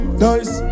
nice